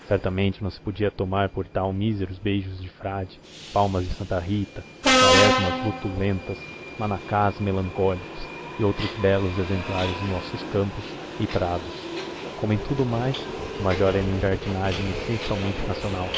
certamente não se podia tomar por tal míseros beijos de frade palmas de santa rita quaresmas lutulentas manacás melancólicos e outros belos exemplares dos nossos campos e prados como em tudo o mais o major era em jardinagem essencialmente nacional